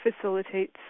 facilitates